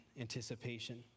anticipation